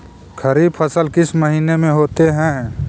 खरिफ फसल किस महीने में होते हैं?